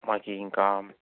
మాకు ఇంకా